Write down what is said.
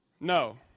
No